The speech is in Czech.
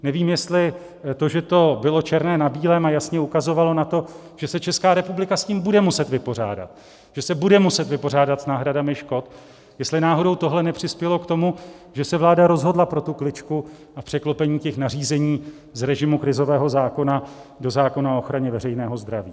Nevím, jestli to, že to bylo černé na bílém a jasně ukazovalo na to, že se Česká republika s tím bude muset vypořádat, že se bude muset vypořádat s náhradami škod, jestli náhodou právě tohle nepřispělo k tomu, že se vláda rozhodla pro tu kličku a překlopení těch nařízení z režimu krizového zákona do zákona o ochraně veřejného zdraví.